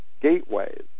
gateways